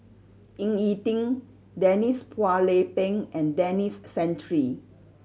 Ying E Ding Denise Phua Lay Peng and Denis Santry